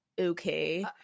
okay